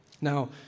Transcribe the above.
Now